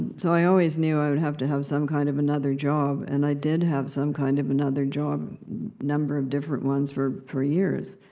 so i always knew i would have to have some kind of another job, and i did have some kind of another job, a number of different ones for for years.